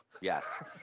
Yes